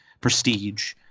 prestige